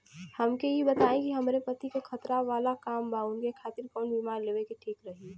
हमके ई बताईं कि हमरे पति क खतरा वाला काम बा ऊनके खातिर कवन बीमा लेवल ठीक रही?